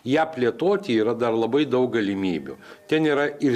ją plėtoti yra dar labai daug galimybių ten yra ir